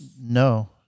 No